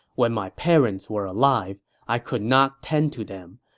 when my parents were alive, i could not tend to them,